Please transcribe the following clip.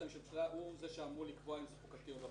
הוא זה שאמור לקבוע אם זה חוקתי או לא חוקתי.